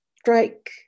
strike